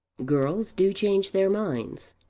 girls do change their minds.